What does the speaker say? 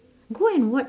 go and watch